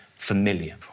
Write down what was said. familiar